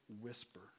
whisper